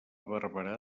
barberà